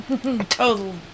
Total